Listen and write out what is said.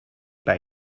bij